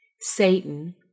Satan